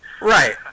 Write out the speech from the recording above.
right